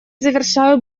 завершаю